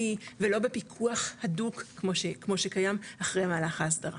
בפיקוח הדוק כמו שקיים אחרי המהלך ההסדרה,